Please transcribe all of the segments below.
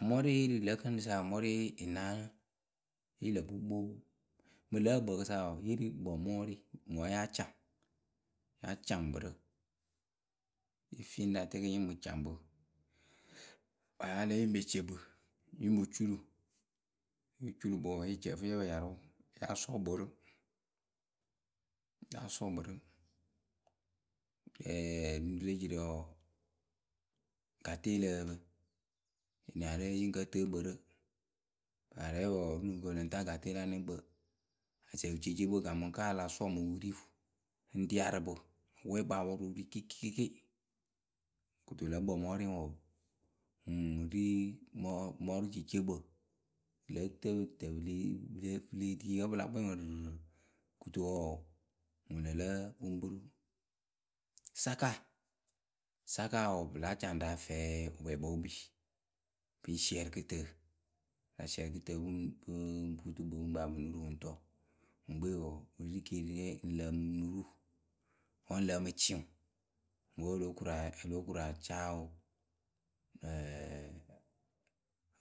Amɔɔrʊ ye yée ri rǝ lǝ̌ gɨŋrǝ sa amɔɔrʊ ye yǝ naanɨ yɨ lǝ kpookpoo. Mǝŋ lǝ̌ ǝkpǝǝkǝ sa wɔɔ, yée ri rǝ kpǝǝmɔɔrʊɩ ŋwǝ wǝ́ yáa caŋ. Yáa caŋ kpǝ rǝ. Nɨ fe ŋ fieeni rǝ atɛɛkǝ nyɨ mǝ caŋ kpǝ; Wǝ́ a la lɛ nyǝ ŋ pe ce kpǝ nyǝ ŋ mɨ culu wǝ́ yo culu kpǝ wɔɔ, ye ci ǝ fɨ lǝ pǝ nyarʊ. Yáa sɔɔ kpǝ rǝ, yáa sɔɔ kpǝ rǝ. ruŋru le jirǝ wɔɔ gate lǝ pǝ pǝ. eniarɛ yǝ ŋ kǝ tɨɨ kpǝ rǝ. Arɛɛpǝ wɔɔ onuŋ ŋpǝ pǝ lǝŋ taa gate la wǝnɛŋkpǝ. Asɛ wǝceeceekpǝ wǝ kaamɨ kǝ́ a la sɔɔ mɨ wiriu ŋ riarɨ kpǝ ŋ wɛ kpǝ anyɩŋ wǝ lo ru kɩɩkɩɩ. Kɨto lǝ́ kpǝǝmɔɔrʊɩ wɔɔ, ŋwǝ ŋ ri mɔɔrʊceeceekpǝ. Lǝ̌ ǝtɨtǝtɨtǝ pǝ le tii wǝ́ pɨ la kpɛŋ ǝrǝǝ kɨto wɔɔ, wǝ lǝ lǝ kpuŋkpuruŋ. Saka, saka wɔɔ, pǝ láa caŋ ŋwǝ rǝ afɛɛ wǝpwɛkpǝ wǝ kpii pǝ ŋ siɛrɩ kɨtǝǝ pǝ láa siɛrɩ kɨtǝǝ pɨ ŋ putu kpǝ pɨ ŋ pa ya pɨ ŋ nuuru pɨ ŋ tɔ. Wǝ ŋkpe wɔɔ, wǝ ri rǝ keeriwǝ rɛ wǝ lǝǝmɩ nuru wǝ́ ŋ lǝǝmɨ tɩŋ We o lóo koru a caa wǝ, o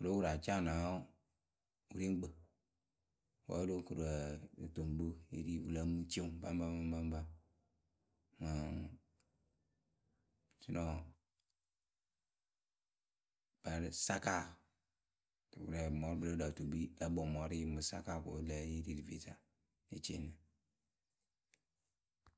lóo koru a caa nǝ wǝrieŋkpǝ wǝ́ o lóo koru otoŋ kpǝ e ri, wǝ lǝǝmɨ tɩŋ baŋpa baŋpa mǝŋ saka. wǝrɛɛkpǝ rɛ wǝ lǝǝ tɨ wǝ kpi lǝ̌ kpǝǝmɔɔrʊɩ mǝ saka ko wǝ́ ŋlǝ yée ri rǝ feesa. ŋ́ ne ceeni nɨ. 3